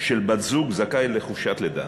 של בת-זוג, זכאי לחופשת לידה.